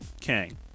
Kang